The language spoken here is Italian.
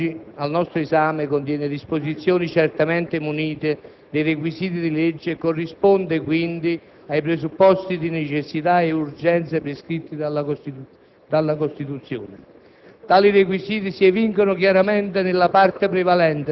Il provvedimento d'urgenza che oggi è al nostro esame contiene disposizioni certamente munite dei requisiti di legge e corrisponde quindi ai presupposti di necessità e urgenza prescritti dalla Costituzione.